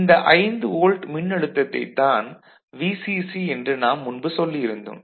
இந்த 5 வோல்ட் மின்னழுத்தத்தைத் தான் Vcc என்று நாம் முன்பு சொல்லியிருந்தோம்